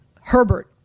Herbert